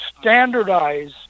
standardize